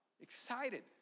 Excited